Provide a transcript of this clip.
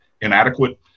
inadequate